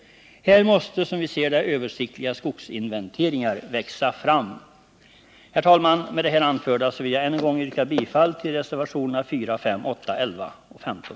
Här måste som vi ser det översiktliga skogsinventeringar växa fram. Herr talman! Med det anförda vill jag än en gång yrka bifall till reservationerna 4, 5, 8, I1 och 15.